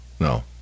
no